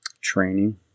Training